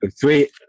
Three